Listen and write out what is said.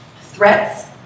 Threats